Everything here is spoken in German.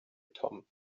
tom